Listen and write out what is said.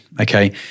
Okay